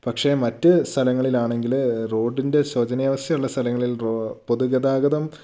പക്ഷെ മറ്റ് സ്ഥലങ്ങളിലാണെങ്കില് റോഡിൻ്റെ ശോചനീയവസ്ഥയുള്ള സ്ഥലങ്ങളിൽ പൊതുഗതാഗതം